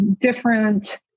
different